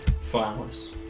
flowers